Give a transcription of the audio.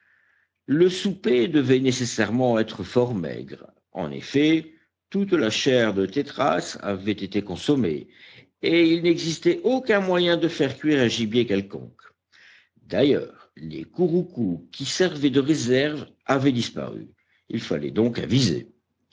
le souper devait nécessairement être fort maigre en effet toute la chair de tétras avait été consommée et il n'existait aucun moyen de faire cuire un gibier quelconque d'ailleurs les couroucous qui servaient de réserve avaient disparu il fallait donc aviser